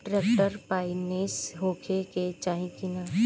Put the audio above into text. Tractor पाईनेस होखे के चाही कि ना?